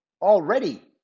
already